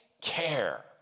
care